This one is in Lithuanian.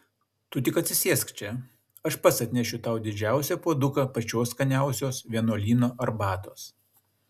tu tik atsisėsk čia aš pats atnešiu tau didžiausią puoduką pačios skaniausios vienuolyno arbatos